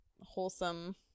wholesome